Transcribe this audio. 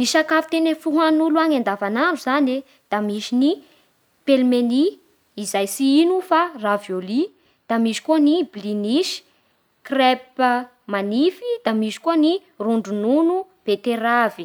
Ny sakafo tena fihinagne olo any andavan'andro zany da pelmeni izay tsy ino fa ny ravioli Da misy koa ny blinis crêpe manify, da misy koa ny ron-dronono beteravy